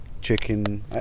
chicken